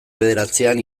bederatzian